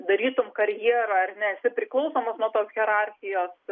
darytum karjerą ar ne esi priklausomas nuo to hierarchijos